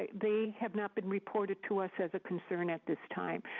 they have not been reported to us as a concern at this time.